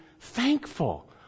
thankful